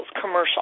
commercial